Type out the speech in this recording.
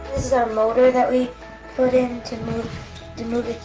our motor that we put in to to move